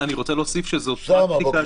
--- אני רק רוצה להוסיף שזו פרקטיקה